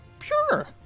Sure